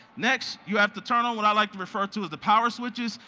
next, you have to turn on what i like to refer to as the power switches,